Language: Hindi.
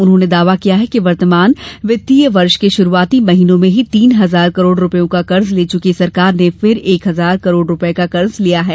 उन्होंने दावा किया कि वर्तमान वित्तीय वर्ष के शुरुआती महीनों में ही तीन हजार करोड रुपयों का कर्ज ले चुकी सरकार ने फिर एक हजार करोड रुपये का कर्ज लिया है